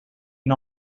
une